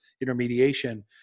intermediation